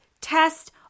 test